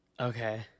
Okay